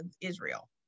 Israel